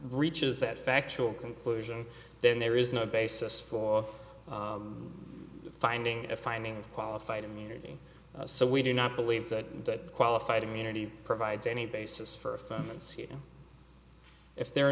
reaches that factual conclusion then there is no basis for finding a finding of qualified immunity so we do not believe that qualified immunity provides any basis for them and so you if there are